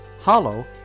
Hollow